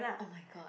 oh-my-god